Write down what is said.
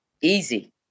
easy